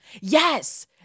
Yes